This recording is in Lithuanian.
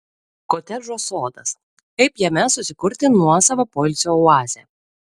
kotedžo sodas kaip jame susikurti nuosavą poilsio oazę